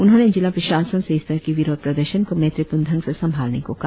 उन्होंने जिला प्रशासन से इस तरह के विरोध प्रदर्शन को मंत्रीपूर्ण ढंग से संभालने को कहा